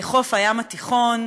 לחוף הים התיכון,